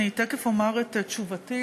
אני תכף אומר את תשובתי,